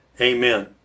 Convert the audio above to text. Amen